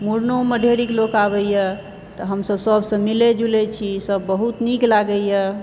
मुड़नोमे ढेरिक लोक आबैए तऽ हमसब सबसऽ मिलै जुलै छी सब बहुत नीक लागैए